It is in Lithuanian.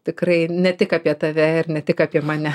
tikrai ne tik apie tave ir ne tik apie mane